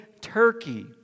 Turkey